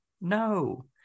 no